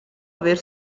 aver